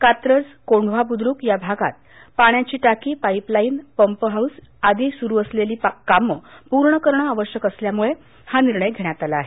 कात्रज कोंढवा बुद्रुक या भागात पाण्याची टाकी पाईप लाईन पंप हाऊस आदी सुरू असलेली कामं पूर्ण करण आवश्यक असल्यामुळे हा निर्णय घेण्यात आला आहे